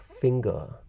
finger